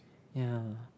ya